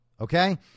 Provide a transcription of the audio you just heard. Okay